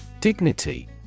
Dignity